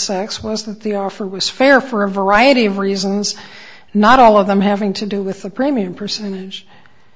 sachs was that the offer was fair for a variety of reasons not all of them having to do with the premium percentage